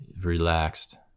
Relaxed